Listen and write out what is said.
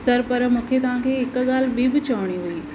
sir पर मूंखे तव्हांखे हिकु गाल्हि ॿीं बि चविणी हुई